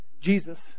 Jesus